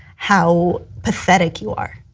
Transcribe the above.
how pathetic you are.